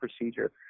procedure